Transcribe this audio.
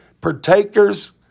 partakers